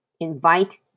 Invite